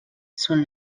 són